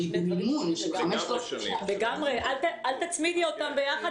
שהיא במימון של 5,000 ש"ח --- אל תצמידי אותם ביחד.